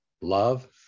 love